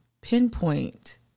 pinpoint